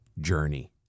journey